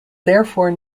therefore